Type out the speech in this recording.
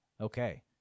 okay